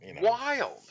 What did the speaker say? wild